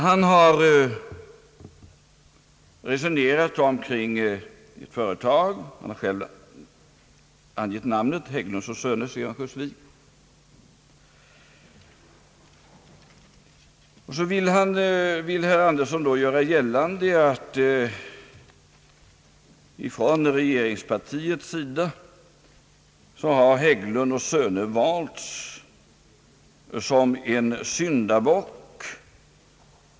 Han har resonerat omkring ett företag; han har själv angett namnet, Hägglund & Söner i Örnsköldsvik. Herr Andersson vill göra gällande att från regeringspartiets sida har Hägglund & Söner valts som en syndabock.